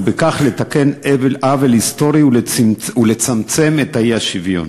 ובכך לתקן עוול היסטורי ולצמצם את האי-שוויון.